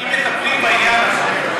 כולם מטפלים בעניין הזה,